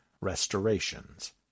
Restorations